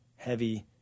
Heavy